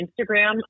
Instagram